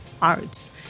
arts